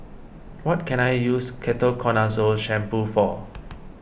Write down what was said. what can I use Ketoconazole Shampoo for